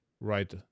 right